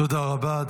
תודה רבה.